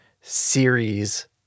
series